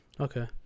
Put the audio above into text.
okay